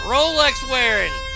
Rolex-wearing